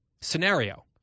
scenario